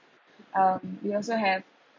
um they also have